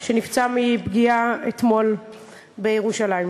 הוא נפצע מפגיעה אתמול בירושלים.